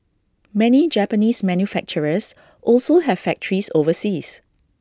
many Japanese manufacturers also have factories overseas